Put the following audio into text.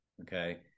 Okay